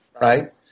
right